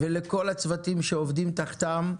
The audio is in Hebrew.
לכל הצוותים שעובדים תחתם,